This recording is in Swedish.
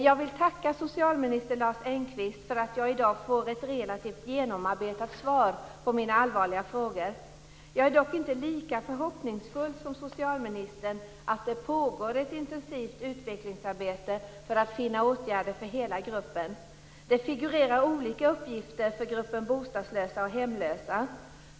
Jag vill tacka socialminister Lars Engqvist för att jag i dag får ett relativt genomarbetat svar på mina allvarliga frågor. Jag är dock inte lika förhoppningsfull som socialministern att det pågår ett intensivt utvecklingsarbete för att finna åtgärder för hela gruppen. Det figurerar olika uppgifter för gruppen bostadslösa och hemlösa.